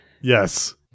yes